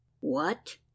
What